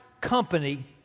company